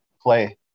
play